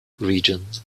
regions